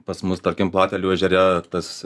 pas mus tarkim platelių ežere tas